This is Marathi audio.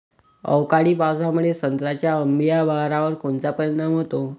अवकाळी पावसामुळे संत्र्याच्या अंबीया बहारावर कोनचा परिणाम होतो?